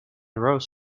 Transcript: rows